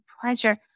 pleasure